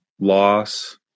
loss